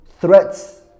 threats